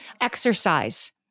Exercise